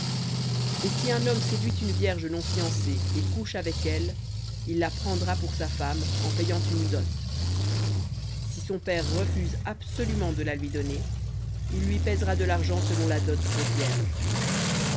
et si un homme séduit une vierge non fiancée et couche avec elle il la prendra pour sa femme en payant une dot si son père refuse absolument de la lui donner il pèsera de l'argent selon la dot des vierges